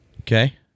Okay